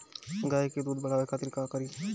गाय के दूध बढ़ावे खातिर का करी?